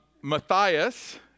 Matthias